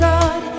God